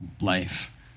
life